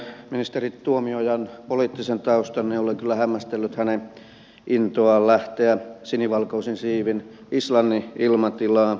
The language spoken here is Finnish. muistaen ministeri tuomiojan poliittisen taustan olen kyllä hämmästellyt hänen intoaan lähteä sinivalkoisin siivin islannin ilmatilaan